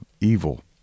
evil